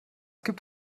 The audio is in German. gibt